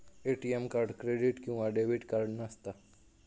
ATM card credit किंवा debit card नसता